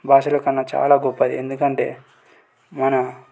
భాషల కన్నా చాలా గొప్పది ఎందుకంటే మన